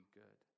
good